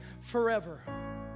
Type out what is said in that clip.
forever